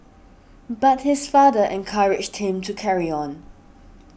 but his father encouraged him to carry on